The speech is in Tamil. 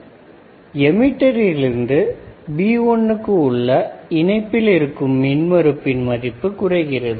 இதனால் எமிட்டரிலிருந்து B1 க்கு உள்ள இணைப்பில் இருக்கும் மின் மறுப்பின் மதிப்பு குறைகிறது